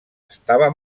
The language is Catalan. estava